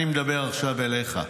אני מדבר עכשיו אליך: